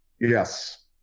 Yes